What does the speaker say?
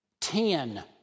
ten